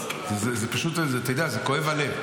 פינדרוס --- זה פשוט כואב הלב.